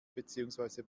beziehungsweise